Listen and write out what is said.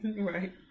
Right